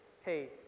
hey